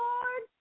Lord